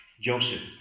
Joseph